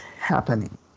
happening